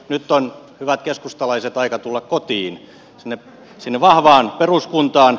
nyt on hyvät keskustalaiset aika tulla kotiin sinne vahvaan peruskuntaan